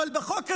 אבל בחוק הזה,